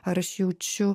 ar aš jaučiu